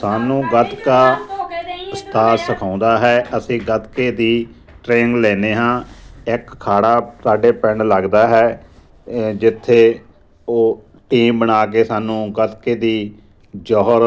ਸਾਨੂੰ ਗਤਕਾ ਉਸਤਾਦ ਸਿਖਾਉਂਦਾ ਹੈ ਅਸੀਂ ਗਤਕੇ ਦੀ ਟਰੇਨਿੰਗ ਲੈਂਦੇ ਹਾਂ ਇੱਕ ਅਖਾੜਾ ਸਾਡੇ ਪਿੰਡ ਲੱਗਦਾ ਹੈ ਜਿੱਥੇ ਉਹ ਟੀਮ ਬਣਾ ਕੇ ਸਾਨੂੰ ਗਤਕੇ ਦੀ ਜੌਹਰ